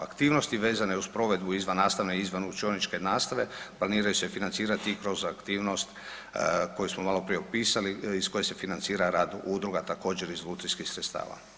Aktivnosti vezane uz provedbu izvan nastavne i izvan učioničke nastave planiraju se financirati i kroz aktivnost koje smo maloprije opisali, iz koje se financira rad udruga, također iz lutrijskih sredstava.